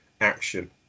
action